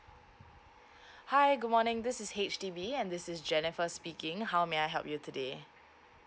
hi good morning this is H_D_B and this is jennifer speaking how may I help you today